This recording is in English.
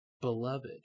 Beloved